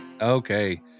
Okay